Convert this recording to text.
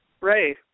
Ray